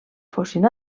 fossin